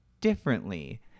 differently